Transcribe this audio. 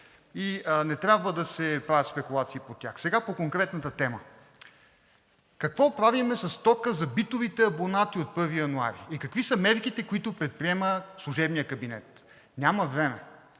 Не трябва да се правят спекулации по тях. Сега по конкретната тема. Какво правим с тока за битовите абонати от 1 януари? Какви са мерките, които предприема служебният кабинет? Няма време!